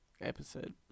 episode